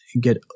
get